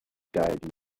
died